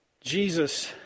Jesus